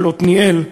עתניאל,